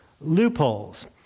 loopholes